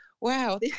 wow